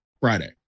Friday